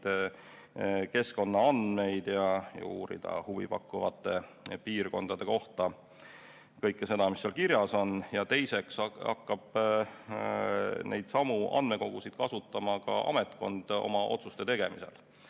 keskkonnaandmeid ja uurida huvipakkuvate piirkondade kohta kõike seda, mis seal kirjas on. Teiseks hakkab neid samu andmekogusid kasutama ka ametkond oma otsuste tegemisel.